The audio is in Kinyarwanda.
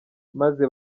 maze